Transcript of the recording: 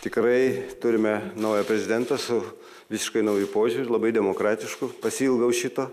tikrai turime naują prezidentą su visiškai nauju požiūriu labai demokratišku pasiilgau šito